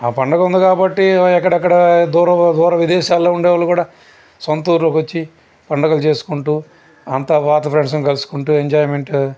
ఆ పండుగ ఉంది కాబట్టి ఎక్కడెక్కడ దూర దూర విదేశాల్లో ఉండే వాళ్ళు కూడా సొంత ఊళ్ళకి వచ్చి పండగలు చేసుకుంటు అంత పాత ఫ్రెండ్స్ని కలుసుకుంటు ఎంజాయ్మెంటు